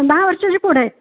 दहा वर्षाची पोरं आहेत